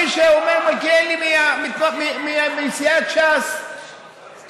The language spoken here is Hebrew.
כפי שאומר מלכיאלי מסיעת ש"ס,